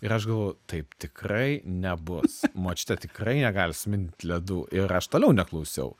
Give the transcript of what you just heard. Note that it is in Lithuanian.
ir aš galvojau taip tikrai nebus močiutė tikrai negali sumindyt ledų ir aš toliau neklausiau